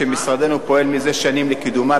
שמשרדנו פועל מזה שנים לקידומה,